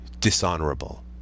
dishonorable